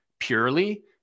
purely